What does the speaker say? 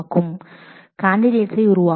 அது ஈக்விவலெண்ட் எக்ஸ்பிரஷனை உருவாக்கும்